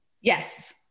Yes